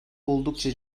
oldukça